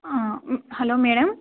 hello madam